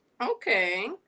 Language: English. okay